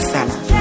Center